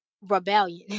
rebellion